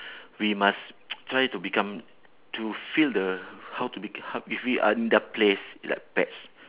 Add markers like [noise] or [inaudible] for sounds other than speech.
we must [noise] try to become to feel the how to make it how if we are in their place like pets